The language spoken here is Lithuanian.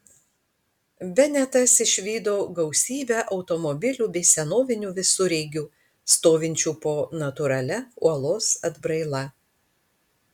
benetas išvydo gausybę automobilių bei senovinių visureigių stovinčių po natūralia uolos atbraila